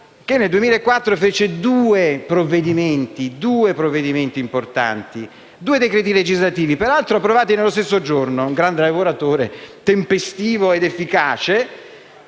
che nel 2004 partorì due provvedimenti importanti, due decreti legislativi, peraltro approvati lo stesso giorno (era un gran lavoratore Urbani, tempestivo ed efficace):